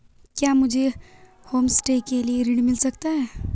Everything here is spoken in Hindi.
क्या मुझे होमस्टे के लिए ऋण मिल सकता है?